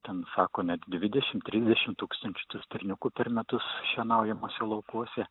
ten sako net dvidešim trisdešim tūkstančių tų stirniukų per metus šienaujamose laukuose